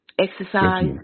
exercise